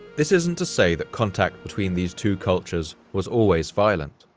this isn't to say that contact between these two cultures was always violent.